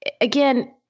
again